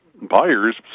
Buyers